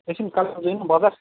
एकछिन कालेबुङ जाने बजार